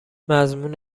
مضمون